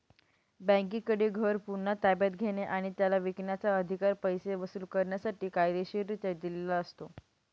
बँकेकडे घर पुन्हा ताब्यात घेणे आणि त्याला विकण्याचा, अधिकार पैसे वसूल करण्यासाठी कायदेशीररित्या दिलेला असतो